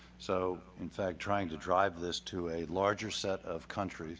so, in fact, trying to drive this to a larger set of countries